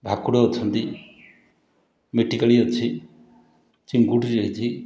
ଭାକୁର ଅଛନ୍ତି ମିଟିକାଳି ଅଛି ଚିଙ୍ଗୁଡ଼ି ଅଛି